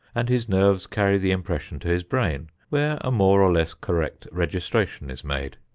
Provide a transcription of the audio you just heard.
and his nerves carry the impression to his brain where a more or less correct registration is made.